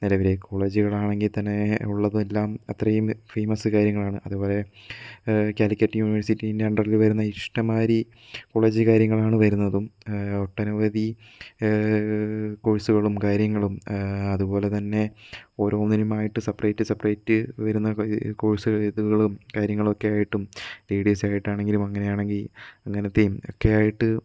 നിലവിലെ കോളേജുകളാണെങ്കില് തന്നെ ഉള്ളതെല്ലാം അത്രയും ഫേമസ് കാര്യങ്ങളാണ് അതുപോലെ കാലിക്കറ്റ് യുണിവേഴ്സിറ്റീൻ്റെ അണ്ടറില് വരുന്ന ഇഷ്ടം മാതിരി കോളേജ് കാര്യങ്ങളാണ് വരുന്നതും ഒട്ടനവധി കോഴ്സുകളും കാര്യങ്ങളും അതുപോലെ തന്നെ ഒരോന്നിനുമായിട്ട് സെപെറേറ്റ് സ്റ്റെപെറേറ്റ് വരുന്ന കോഴ്സ് ഇതുകളും കാര്യങ്ങളൊക്കെയായിട്ടും റ്റി ഡി എസ് ആയിട്ടാണെങ്കിലും അങ്ങനെയാണെങ്കിൽ അങ്ങനത്തെയും ഒക്കെയായിട്ട്